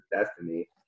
destiny